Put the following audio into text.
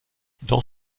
dans